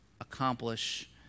accomplish